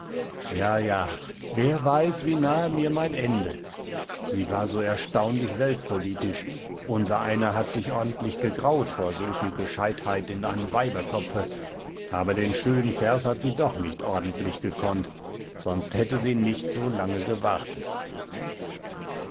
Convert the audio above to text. ja ja wer weiß wie nahe mir mein ende sie war so erstaunlich weltpolitisch unsereiner hat sich ordentlich gegraut vor so viel gescheitheit in einem weiberkopfe aber den schönen vers hat sie doch nicht ordentlich gekonnt sonst hätte sie nicht so lange gewartet